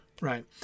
right